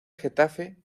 getafe